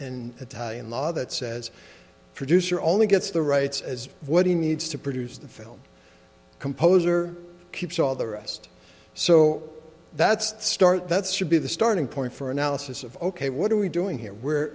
in italian law that says producer only gets the rights as what he needs to produce the film composer keeps all the rest so that's the start that's should be the starting point for analysis of ok what are we doing here where